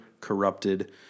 corrupted